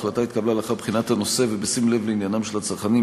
ההחלטה נתקבלה לאחר בחינת הנושא ובשים לב לעניינם של הצרכנים.